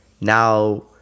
now